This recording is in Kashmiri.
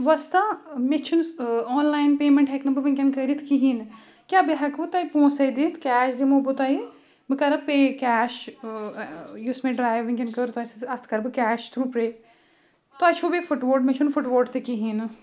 وۄستا مےٚ چھُنہٕ آن لاین پیمٮ۪نٛٹ ہؠکہٕ نہٕ بہٕ وٕنۍکؠن کٔرِتھ کِہیٖنۍ نہٕ کیٛاہ بہٕ ہؠکوٕ تۄہہِ پونٛسَے دِتھ کیش دِمو بہٕ تۄہہِ بہٕ کَرا پے کیش یُس مےٚ ڈرٛایو وٕنۍکٮ۪ن کٔر تۄہہِ سۭتۍ اَتھ کَرٕ بہٕ کیش تھرٛوٗ پرٛے تۄہہِ چھُو بیٚیہِ فُٹووٹ مےٚ چھُنہٕ فُٹووٹ تہِ کِہیٖنۍ نہٕ